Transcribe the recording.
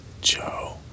Joe